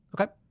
okay